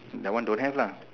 that one don't have lah